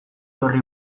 horri